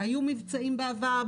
היו מבצעים בעבר,